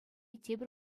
тепӗр